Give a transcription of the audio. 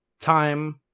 time